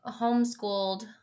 homeschooled